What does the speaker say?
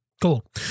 Cool